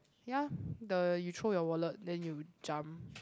ya the you throw your wallet then you jump